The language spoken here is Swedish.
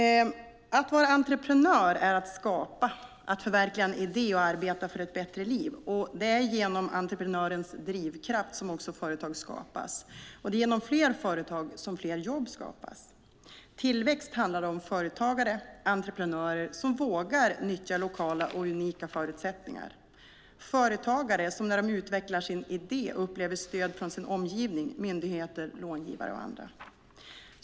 Att vara entreprenör är att skapa, att förverkliga en idé och arbeta för ett bättre liv. Det är genom entreprenörens drivkraft som företag skapas. Det är genom fler företag som fler jobb skapas. Tillväxt handlar om företagare, entreprenörer, som vågar nyttja lokala och unika förutsättningar. Det handlar om företagare som när de utvecklar sin idé upplever stöd från sin omgivning, myndigheter, långivare och andra.